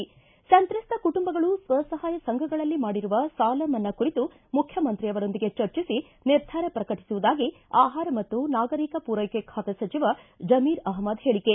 ಿ ಸಂತ್ರಸ್ಥ ಕುಟುಂಬಗಳು ಸ್ವಸಹಾಯ ಸಂಘಗಳಲ್ಲಿ ಮಾಡಿರುವ ಸಾಲ ಮನ್ನಾ ಕುರಿತು ಮುಖ್ಯಮಂತ್ರಿಯವರೊಂದಿಗೆ ಚರ್ಚಿಸಿ ನಿರ್ಧಾರ ಪ್ರಕಟಿಸುವುದಾಗಿ ಆಹಾರ ಮತ್ತು ನಾಗರಿಕ ಪೂರೈಕೆ ಖಾತೆ ಸಚಿವ ಜಮೀರ್ ಅಹಮ್ಟದ್ ಹೇಳಿಕೆ